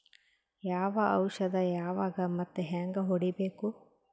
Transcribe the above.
ಯಾವ ಔಷದ ಯಾವಾಗ ಮತ್ ಹ್ಯಾಂಗ್ ಹೊಡಿಬೇಕು?